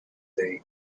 day